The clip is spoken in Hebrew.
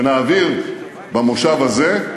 שנעביר במושב הזה,